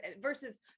versus